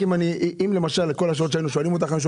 כל השאלות שהפנינו אליך,